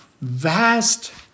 vast